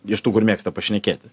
iš tų kur mėgsta pašnekėti